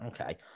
Okay